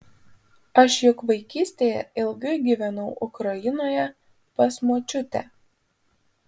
aš juk vaikystėje ilgai gyvenau ukrainoje pas močiutę